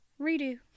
Redo